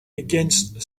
against